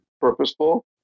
purposeful